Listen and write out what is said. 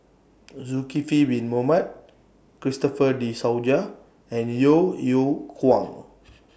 Zulkifli Bin Mohamed Christopher De and Yeo Yeow Kwang